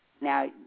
Now